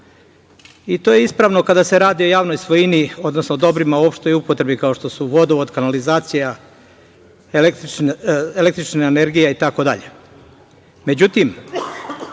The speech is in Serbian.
i to je ispravno kada se radi o javnoj svojini, odnosno dobrima o opštoj upotrebi, kao što su vodovod, kanalizacija, električna energija itd.